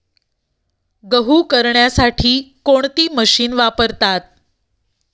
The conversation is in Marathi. गहू करण्यासाठी कोणती मशीन वापरतात?